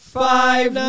five